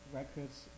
records